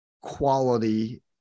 quality